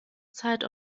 zeit